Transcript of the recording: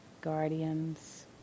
guardians